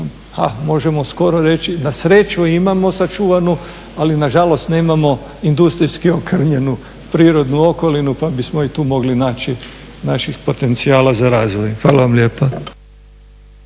a možemo skoro reći na sreću imamo sačuvanu ali nažalost nemamo industrijski okrnjenu prirodnu okolinu pa bismo i tu mogli naći naših potencijala za razvoj. Hvala vam lijepa.